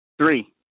Three